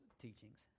teachings